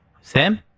Sam